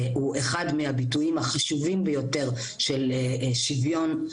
הוא אחד מהביטויים החשובים ביותר של שוויון,